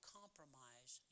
compromise